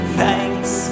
thanks